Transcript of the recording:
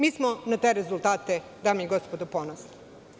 Mi smo na te rezultate, dame i gospodo, ponosni.